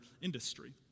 industry